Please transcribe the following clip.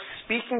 speaking